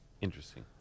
Interesting